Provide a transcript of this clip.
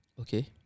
Okay